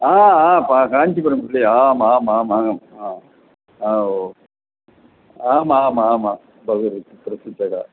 आ आ प काञ्चिपुरम् आम् आम् आम् आम् आव् आम् आम् आम् आम् बहु रुचिकरः